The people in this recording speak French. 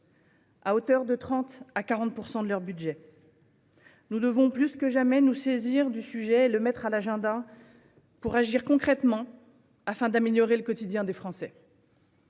à hauteur de 30 % à 40 % de leur budget. Nous devons plus que jamais nous saisir du sujet et le mettre à l'ordre du jour pour agir concrètement afin d'améliorer le quotidien des Français.